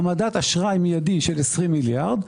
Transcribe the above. העמדת אשראי מיידי של 20 מיליארד,